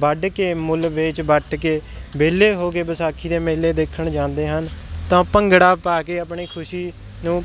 ਵੱਢ ਕੇ ਮੁੱਲ ਵੇਚ ਵੱਟ ਕੇ ਵਿਹਲੇ ਹੋ ਕੇ ਵਿਸਾਖੀ ਦੇ ਮੇਲੇ ਦੇਖਣ ਜਾਂਦੇ ਹਨ ਤਾਂ ਭੰਗੜਾ ਪਾ ਕੇ ਆਪਣੀ ਖੁਸ਼ੀ ਨੂੰ